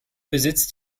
besitzt